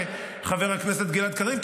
חבר הכנסת גלעד קריב,